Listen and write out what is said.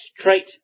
straight